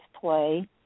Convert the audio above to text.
play